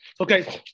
Okay